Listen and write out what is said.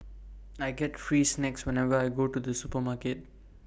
I get free snacks whenever I go to the supermarket